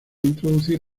introducir